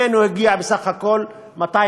ממנו הגיעו בסך הכול 220,